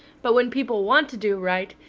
but when people want to do right,